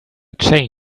chain